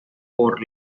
por